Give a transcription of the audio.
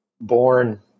born